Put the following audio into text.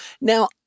Now